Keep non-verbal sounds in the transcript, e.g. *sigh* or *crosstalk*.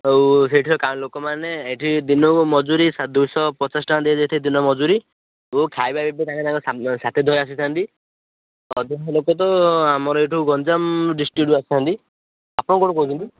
ଆଉ *unintelligible* ଲୋକ ମାନେ ଏଠି ଦିନକୁ ମଜୁରି ଦୁଇଶହ ପଚାଶ ଟଙ୍କା ଦେଇଆ ଯାଇଥାଏ ଦିନକୁ ମଜୁରି *unintelligible* ଲୋକ ତ ଆମର ଏଠୁ ଗଞ୍ଜାମ ଡିଷ୍ଟ୍ରିକ୍ଟରୁ ଆସନ୍ତି ଆପଣ କେଉଁଠୁ କହୁଛନ୍ତି